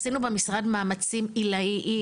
עשינו במשרד מאמצים עילאיים